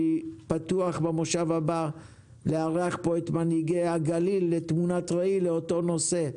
אני פתוח לארח פה במושב הבא את מנהיגי הגליל לתמונת ראי לאותו נושא.